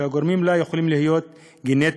והגורמים לה יכולים להיות גנטיים,